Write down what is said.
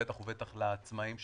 בטח ובטח לעצמאים,